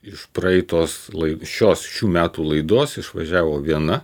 iš praeitos lai šios šių metų laidos išvažiavo viena